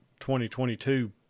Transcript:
2022